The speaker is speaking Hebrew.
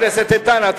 חבר הכנסת איתן,